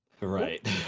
Right